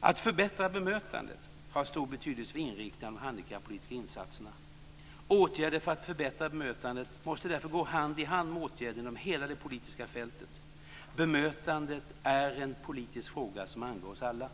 Att förbättra bemötandet har stor betydelse för inriktningen av de handikappolitiska insatserna. Åtgärder för att förbättra bemötandet måste därför gå hand i hand med åtgärder inom hela det politiska fältet. Bemötandet är en politisk fråga som angår oss alla.